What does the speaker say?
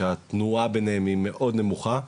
שהתנועה ביניהם מאוד נמוכה.